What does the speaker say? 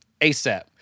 ASAP